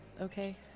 okay